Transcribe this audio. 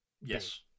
Yes